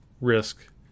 Risk